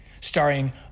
starring